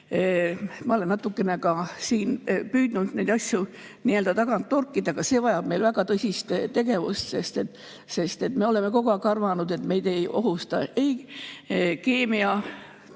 Ma olen natukene ka siin püüdnud neid asju nii‑öelda tagant torkida, aga see vajab meilt väga tõsist tegevust, sest me oleme kogu aeg arvanud, et meid ei ohusta ei keemia‑,